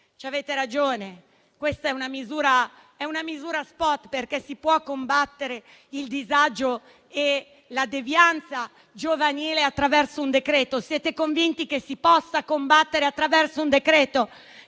avete ragione, questa è una misura *spot*. Si può combattere il disagio e la devianza giovanile attraverso un decreto-legge? Siete convinti che si possa combattere attraverso un decreto?